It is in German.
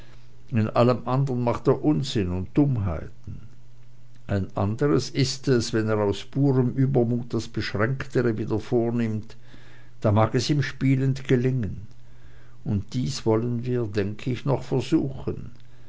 in allem andern macht er unsinn und dummheiten ein anderes ist es wenn er aus purem übermut das beschränktere wieder vornimmt da mag es ihm spielend gelingen und dies wollen wir denk ich noch versuchen